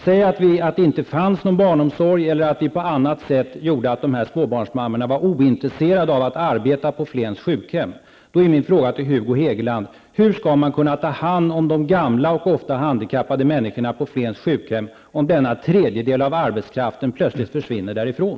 Om det inte fanns någon barnomsorg eller om något annat gjorde att dessa småbarnsmammor var ointresserade av att arbeta på Flens sjukhem, vill jag fråga Hugo Hegeland: Hur skall man kunna ta hand om de gamla och ofta handikappade människorna på Flens sjukhem om denna tredjedel av personalen plötsligt försvinner därifrån?